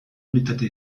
unitate